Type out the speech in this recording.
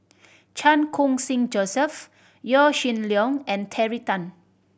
Chan Khun Sing Joseph Yaw Shin Leong and Terry Tan